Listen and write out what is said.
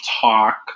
talk